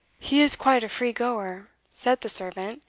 he is quite a free goer, said the servant,